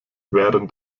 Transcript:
während